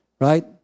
right